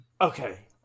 Okay